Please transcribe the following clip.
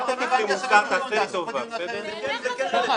למה זה עכשיו רלוונטי לדיון?